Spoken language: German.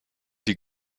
die